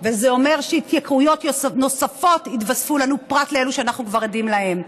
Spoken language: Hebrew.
וזה אומר שהתייקרויות נוספות יתווספו לנו פרט לאלו שאנחנו כבר עדים להן.